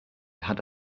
had